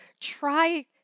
try